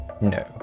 No